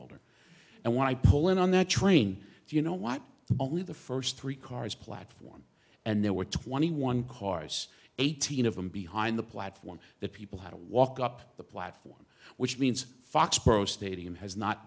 holder and when i pull in on that train you know what only the first three cars platform and there were twenty one cars eighteen of them behind the platform that people had to walk up the platform which means foxboro stadium has not